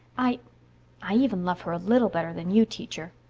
i i even love her a little better than you, teacher.